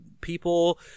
people